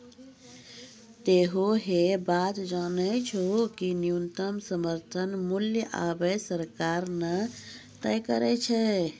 तोहों है बात जानै छौ कि न्यूनतम समर्थन मूल्य आबॅ सरकार न तय करै छै